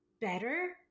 better